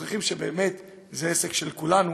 מוכיחים שבאמת זה עסק של כולנו,